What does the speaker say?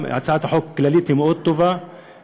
גם הצעת החוק הכללית מאוד טובה,